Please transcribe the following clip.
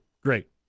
Great